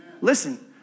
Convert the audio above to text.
Listen